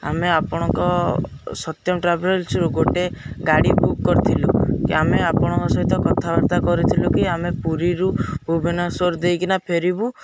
ଆମେ ଆପଣଙ୍କ ସତ୍ୟମ ଟ୍ରାଭେଲ୍ସରୁ ଗୋଟେ ଗାଡ଼ି ବୁକ୍ କରିଥିଲୁ ଆମେ ଆପଣଙ୍କ ସହିତ କଥାବାର୍ତ୍ତା କରିଥିଲୁ କି ଆମେ ପୁରୀରୁ ଭୁବନେଶ୍ୱର ଦେଇକିନା ଫେରିବୁ